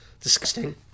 disgusting